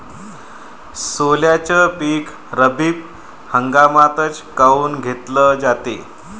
सोल्याचं पीक रब्बी हंगामातच काऊन घेतलं जाते?